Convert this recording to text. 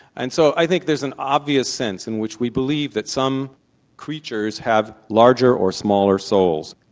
and so i think there's an obvious sense in which we believe that some creatures have larger or smaller souls.